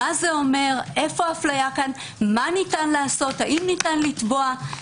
מה זה אומר, איפה האפליה כאן, האם ניתן לתבוע.